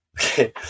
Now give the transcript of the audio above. Okay